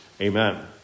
Amen